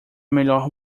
melhor